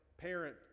parent